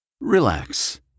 Relax